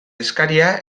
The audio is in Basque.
eskaria